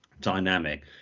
dynamic